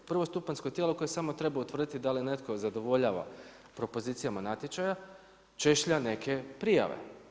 Prvostupanjsko tijelo koje samo treba utvrditi da li netko zadovoljava propozicijama natječaja, češlja neke prijave.